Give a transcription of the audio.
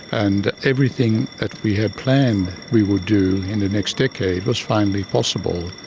and everything that we had planned we would do in the next decade was finally possible.